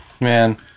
Man